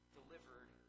delivered